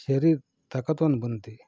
शरीर ताकदवान बनते